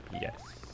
Yes